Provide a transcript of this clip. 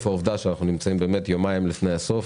העובדה שאנחנו נמצאים יומיים לפני הסוף,